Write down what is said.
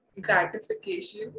gratification